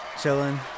chilling